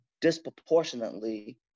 disproportionately